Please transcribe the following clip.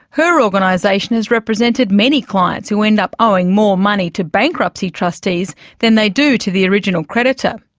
her organisation has represented many clients who end up owing more money to bankruptcy trustees than they do to the original creditor.